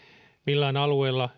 millään alueella